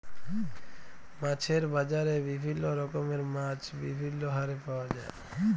মাছের বাজারে বিভিল্য রকমের মাছ বিভিল্য হারে পাওয়া যায়